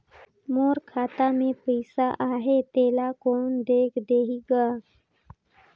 मोर खाता मे पइसा आहाय तेला कोन देख देही गा?